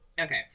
Okay